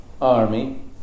army